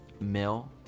Mill